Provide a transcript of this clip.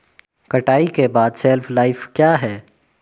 कटाई के बाद की शेल्फ लाइफ क्या है?